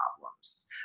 problems